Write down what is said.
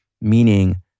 meaning